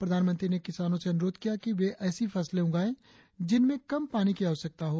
प्रधानमंत्री ने किसानों से अनुरोध किया कि वे ऐसी फसलें उगाएं जिनमें कम पानी की आवश्यकता हो